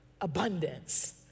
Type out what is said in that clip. abundance